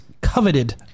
coveted